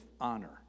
Honor